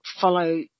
follow